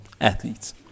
athletes